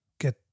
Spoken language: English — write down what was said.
get